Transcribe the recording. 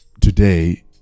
today